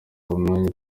umwanya